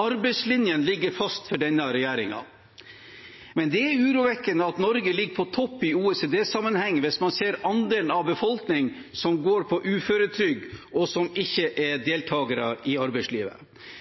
Arbeidslinjen ligger fast for denne regjeringen. Men det er urovekkende at Norge ligger på topp i OECD-sammenheng hvis man ser andelen av befolkningen som går på uføretrygd, og som ikke er